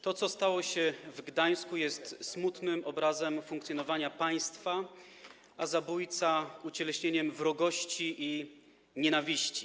To, co stało się w Gdańsku, jest smutnym obrazem funkcjonowania państwa, a zabójca - ucieleśnieniem wrogości i nienawiści.